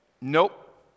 Nope